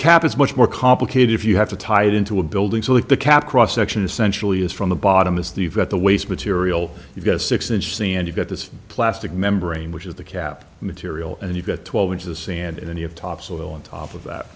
cap is much more complicated if you have to tie it into a building so that the cap cross section essentially is from the bottom is the you've got the waste material you've got a six inch c and you've got this plastic membrane which is the cap material and you've got twelve inches of sand in any of topsoil on top of that